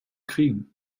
kriegen